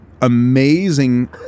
amazing